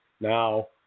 now